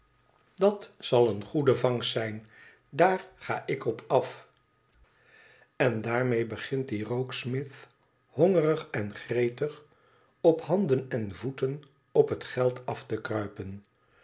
dat zal eene goede vangst zijn daar ga ik op af n daarmee begint die rokesmith hongerig en gretig op handen en voeten op het geld af te kruipen